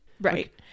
right